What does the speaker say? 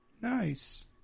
Nice